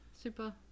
Super